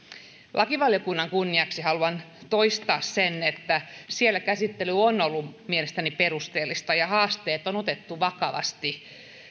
lakivaliokunnan kunniaksi haluan toistaa sen että siellä käsittely on ollut mielestäni perusteellista ja haasteet on on otettu vakavasti